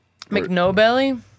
McNoBelly